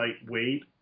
lightweight